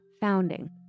founding